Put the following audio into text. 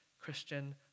Christian